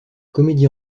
comédie